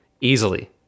easily